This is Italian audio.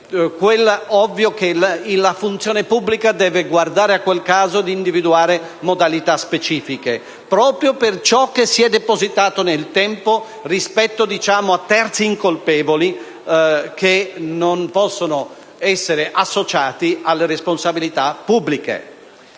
ovvio che la funzione pubblica debba guardare a quel caso ed individuare modalità specifiche, proprio per ciò che si è depositato nel tempo rispetto a terzi incolpevoli, che non possono essere associati alle responsabilità pubbliche.